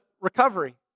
recovery